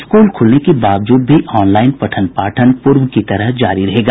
school ख़ुलने के बावजूद भी ऑनलाईन पठन पाठन पूर्व की तरह जारी रहेगा